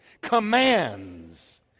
commands